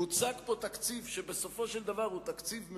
מוצג פה תקציב שבסופו של דבר הוא תקציב מאוזן,